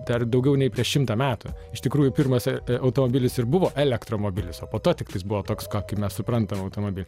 dar daugiau nei prieš šimtą metų iš tikrųjų pirmas automobilis ir buvo elektromobilis o po to tiktai buvo toks kokį mes suprantame automobilį